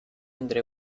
entre